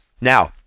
now